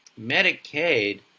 medicaid